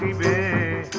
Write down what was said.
da